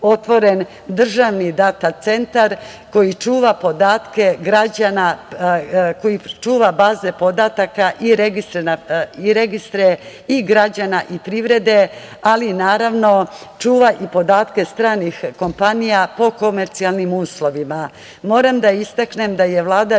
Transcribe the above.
Državni data centar koji čuva baze podataka građana i registre i građana i privrede, ali naravno čuva i podatke stranih kompanija po komercijalnim uslovima. Moram da istaknem da je Vlada